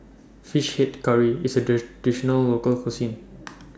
Fish Head Curry IS A Traditional Local Cuisine